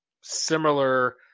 similar